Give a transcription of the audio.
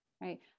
right